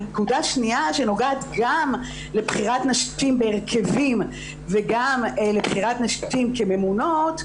נקודה שנייה שנוגעת גם לבחירת נשים בהרכבים וגם לבחירת נשים כממונות,